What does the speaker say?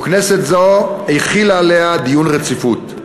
וכנסת זו החילה עליה דיון רציפות.